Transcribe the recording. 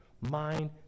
mind